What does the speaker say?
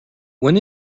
when